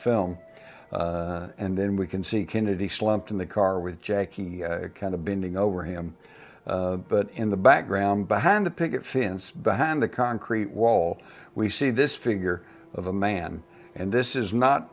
film and then we can see kennedy slumped in the car with jackie kind of being over him but in the background behind the picket fence behind the concrete wall we see this figure of a man and this is not